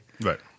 Right